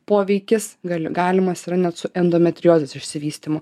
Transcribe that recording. poveikis gali galimas yra net su endometriozės išsivystymu